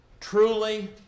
truly